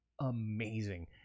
amazing